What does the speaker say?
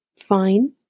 fine